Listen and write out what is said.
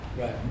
right